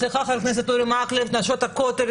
סליחה חבר הכנסת אורי מקלב הוא נשות הכותל.